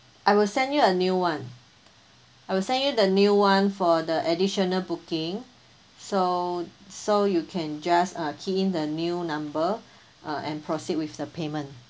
I will send you a new one I will send you the new one for the additional booking so so you can just uh key in the new number uh and proceed with the payment